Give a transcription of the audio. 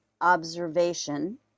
observation